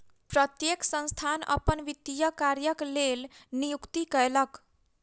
प्रत्येक संस्थान अपन वित्तीय कार्यक लेल नियुक्ति कयलक